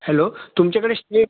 hello तुमच्याकडे stay